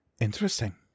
Interesting